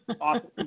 awesome